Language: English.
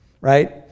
Right